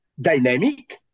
dynamic